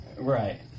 Right